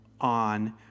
on